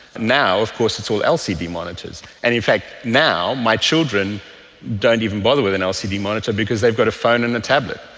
now of course it's all lcd monitors, and in fact now my children don't even bother with an lcd monitor because they got a phone and a tablet.